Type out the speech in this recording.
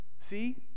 See